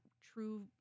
true